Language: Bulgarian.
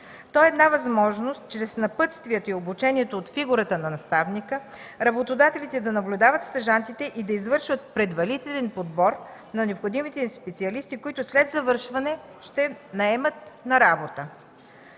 То е една възможност чрез напътствията и обучението от фигурата на наставника работодателите да наблюдават стажантите и да извършват предварителен подбор на необходимите им специалисти, които след завършване ще наемат на работа.